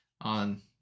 on